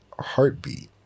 heartbeat